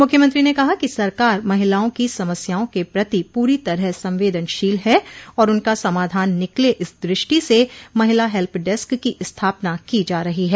मुख्यमंत्री ने कहा कि सरकार महिलाओं की समस्याओं के प्रति पूरी तरह संवेदनशील है और उनका समाधान निकले इस दृष्टि से महिला हेल्प डेस्क की स्थापना की जा रही है